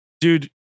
dude